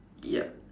yup